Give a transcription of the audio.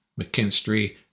McKinstry